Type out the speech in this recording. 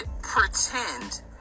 pretend